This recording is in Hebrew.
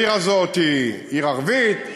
העיר הזאת היא עיר ערבית,